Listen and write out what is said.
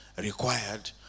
required